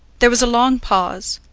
there was a long pause,